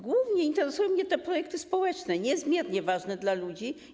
Głównie interesują mnie te projekty społeczne, niezmiernie ważne dla ludzi.